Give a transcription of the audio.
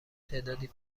تعدادی